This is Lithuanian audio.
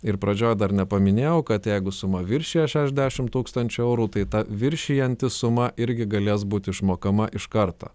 ir pradžioj dar nepaminėjau kad jeigu suma viršija šešdešimt tūkstančių eurų tai ta viršijanti suma irgi galės būt išmokama iš karto